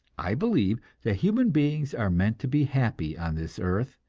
i believe that human beings are meant to be happy on this earth,